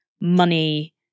money